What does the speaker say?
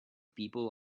people